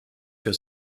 für